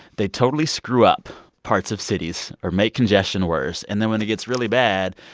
they totally screw up parts of cities or make congestion worse. and then when it gets really bad,